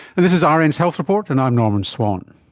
and this is ah rn's health report and i'm norman swan.